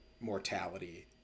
mortality